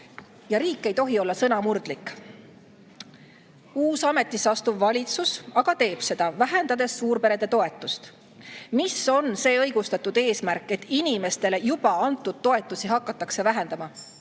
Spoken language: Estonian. Ja riik ei tohi olla sõnamurdlik. Uus, ametisse astuv valitsus aga teeb seda, vähendades suurperede toetust. Mis on see õigustatud eesmärk, et inimestele juba antud toetusi hakatakse vähendama?